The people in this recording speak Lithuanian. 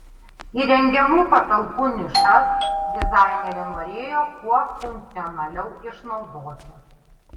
įrengiamų patalpų nišas dizainerė norėjo kuo funkcionaliau išnaudoti